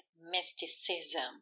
mysticism